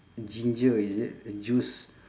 ginger is it juice